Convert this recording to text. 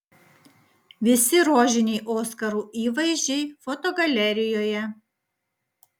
visi rožiniai oskarų įvaizdžiai fotogalerijoje